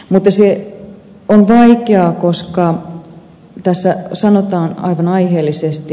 mutta se on vaikeaa koska tässä sanotaan aivan aiheellisesti